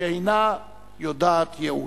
שאינה יודעת ייאוש.